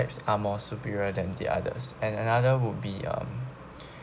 are more superior than the others and another would be um